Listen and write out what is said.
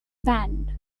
banned